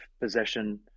possession